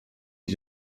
dir